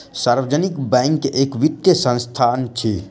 सार्वजनिक बैंक एक वित्तीय संस्थान अछि